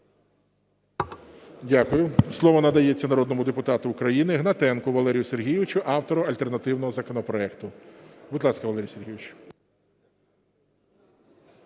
Дякую. Слово надається народному депутату України Гнатенку Валерію Сергійовичу, автору альтернативного законопроекту. Будь ласка, Валерію Сергійовичу.